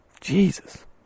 Jesus